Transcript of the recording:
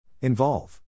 Involve